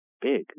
big